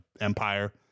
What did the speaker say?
empire